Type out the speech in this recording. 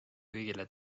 kõigile